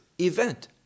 event